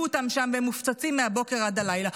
אותם שם והם מופצצים מהבוקר עד הלילה,